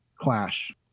clash